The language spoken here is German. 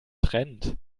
trend